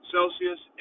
Celsius